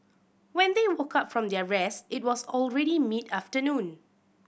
when they woke up from their rest it was already mid afternoon